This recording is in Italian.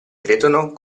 credono